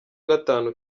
gatanu